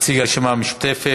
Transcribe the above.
נציג הרשימה המשותפת,